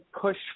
push